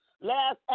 last